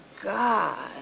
God